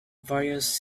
various